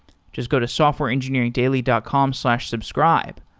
just go to softwareengineeringdaily dot com slash subscribe.